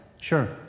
Sure